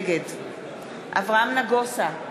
נגד אברהם נגוסה,